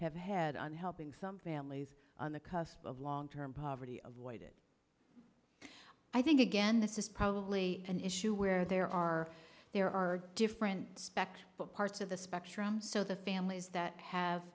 have had on helping some families on the cusp of long term poverty of way that i think again this is probably an issue where there are there are different fact parts of the spectrum so the families that have